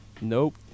nope